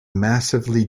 massively